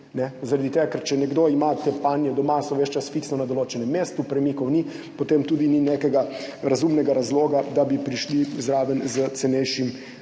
tega, ker če nekdo ima te panje doma, so ves čas fiksno na določenem mestu, premikov ni, potem tudi ni nekega razumnega razloga, da bi prišli zraven s cenejšim